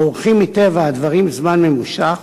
האורכים מטבע הדברים זמן ממושך,